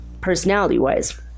personality-wise